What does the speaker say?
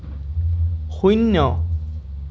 শূন্য